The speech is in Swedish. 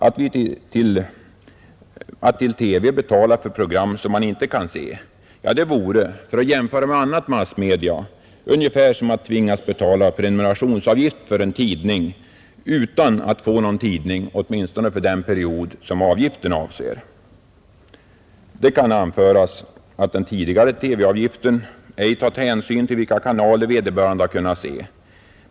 Att till TV betala för program, som man inte kan se vore — för att jämföra med ett annat massmedium — ungefär som att tvingas betala prenumerationsavgift för en tidning utan att få någon tidning, åtminstone för den period avgiften avser. Det kan anföras att den tidigare TV-avgiften ej tagit hänsyn till vilka kanaler vederbörande har kunnat se.